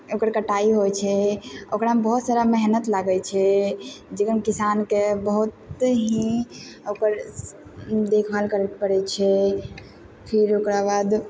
ओकर कटाइ होइ छै ओकरामे बहुत सारा मेहनत लागय छै जैमे किसानके बहुत ही ओकर देखभाल करयके पड़य छै फिर ओकरा बाद